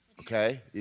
Okay